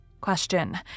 Question